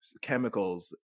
chemicals